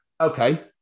okay